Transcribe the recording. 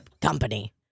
company